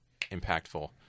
impactful